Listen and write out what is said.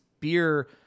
Beer